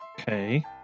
Okay